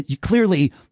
clearly